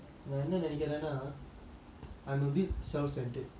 I'm a bit self centered in a sense that